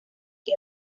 que